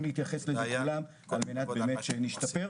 להתייחס אליו כולם על מנת באמת שנשתפר,